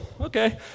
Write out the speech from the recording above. okay